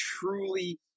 truly